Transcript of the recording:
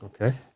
Okay